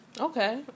Okay